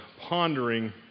pondering